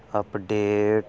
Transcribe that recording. update